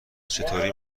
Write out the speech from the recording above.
چطوری